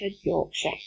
Yorkshire